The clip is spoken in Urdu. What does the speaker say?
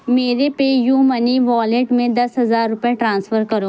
میرے پے یو منی والیٹ میں دس ہزار روپئے ٹرانسفر کرو